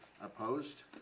Opposed